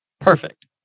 Perfect